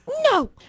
No